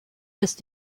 ist